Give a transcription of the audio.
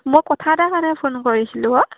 মই কথা এটাৰ কাৰণে ফোন কৰিছিলোঁ অঁ